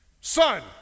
Son